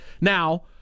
Now